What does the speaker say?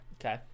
okay